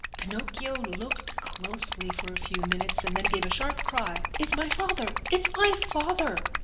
pinocchio looked closely for a few minutes and then gave a sharp cry it's my father! it's my father!